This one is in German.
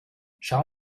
schau